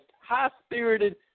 high-spirited